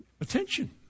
attention